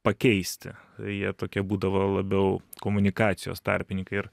pakeisti jie tokie būdavo labiau komunikacijos tarpininkai ir